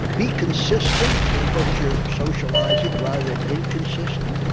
be consistent in what you're socialising rather than inconsistent.